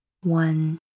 One